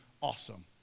awesome